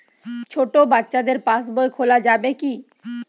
ছোট বাচ্চাদের পাশবই খোলা যাবে কি?